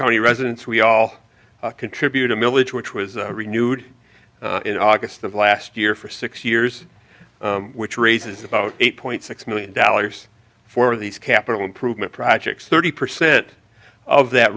county residents we all contribute a millage which was renewed in august of last year for six years which raises about eight point six million dollars for these capital improvement projects thirty percent of that